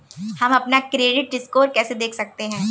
हम अपना credit score कैसे देख सकते हैं?